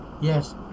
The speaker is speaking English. yes